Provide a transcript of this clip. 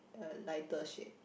a lighter shade